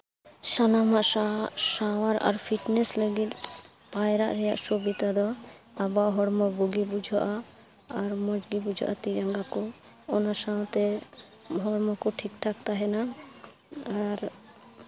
ᱥᱟᱱᱟᱢᱟᱜ ᱥᱟᱶᱟᱨ ᱟᱨ ᱯᱷᱤᱴᱱᱮᱥ ᱞᱟᱹᱜᱤᱫ ᱯᱟᱭᱨᱟᱜ ᱨᱮᱭᱟᱜ ᱥᱩᱵᱤᱫᱷᱟ ᱫᱚ ᱟᱵᱚᱣᱟᱜ ᱦᱚᱲᱢᱚ ᱵᱩᱜᱤ ᱵᱩᱡᱷᱟᱹᱜᱼᱟ ᱟᱨ ᱢᱚᱡᱽ ᱜᱮ ᱵᱩᱡᱷᱟᱹᱜᱼᱟ ᱛᱤ ᱡᱟᱸᱜᱟ ᱠᱚ ᱚᱱᱟ ᱥᱟᱶᱛᱮ ᱦᱚᱲᱢᱚ ᱠᱚ ᱴᱷᱤᱠ ᱴᱷᱟᱠ ᱛᱟᱦᱮᱱᱟ ᱟᱨ